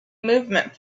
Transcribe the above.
movement